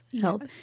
help